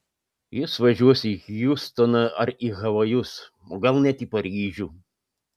jis važiuos į hjustoną ar į havajus o gal net į paryžių